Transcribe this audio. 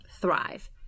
Thrive